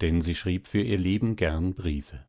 denn sie schrieb für ihr leben gern briefe